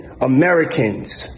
Americans